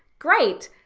great.